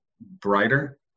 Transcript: brighter